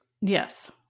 Yes